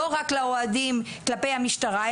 לא רק לאוהדים כלפי המשטרה,